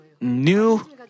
new